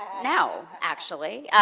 no actually.